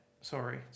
sorry